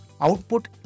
output